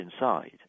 inside